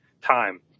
time